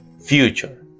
future